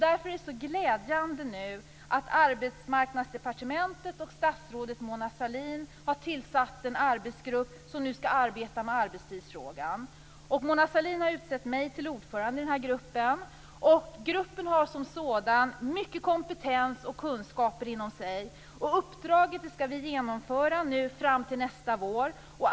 Därför är det så glädjande att Arbetsmarknadsdepartementet och statsrådet Mona Sahlin nu har tillsatt en arbetsgrupp som skall arbeta med arbetstidsfrågan. Mona Sahlin har utsett mig till ordförande i den här gruppen. Gruppen som sådan har mycket kompetens och kunskaper inom sig. Vi skall genomföra uppdraget fram till nästa vår.